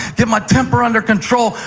get my temper under control,